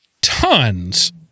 tons